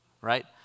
Right